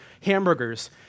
hamburgers